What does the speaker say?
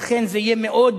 לכן, זה יהיה מאוד